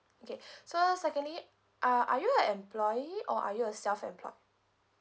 okay so secondly are are you an employee or are you a self employed